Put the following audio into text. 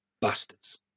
Bastards